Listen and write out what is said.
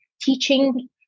teaching